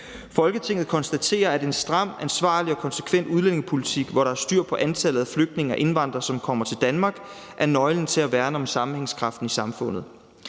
»Folketinget konstaterer, at en stram, ansvarlig og konsekvent udlændingepolitik, hvor der er styr på antallet af flygtninge og indvandrere, som kommer til Danmark, er nøglen til at værne om sammenhængskraften i Danmark.